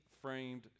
framed